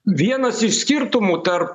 vienas iš skirtumų tarp